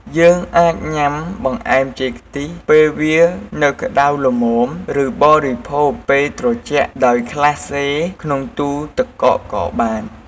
យើងអាចញុំាបង្អែម ចេកខ្ទិះ ពេលវានៅក្តៅល្មម ឬ បរិភោគពេលត្រជាក់ដោយក្លាសេក្នុងទូរទឹកកកក៏បាន។